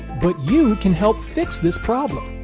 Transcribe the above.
but you can help fix this problem!